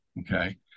okay